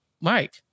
Mike